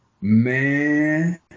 Man